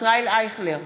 ישראל אייכלר,